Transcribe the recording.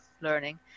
learning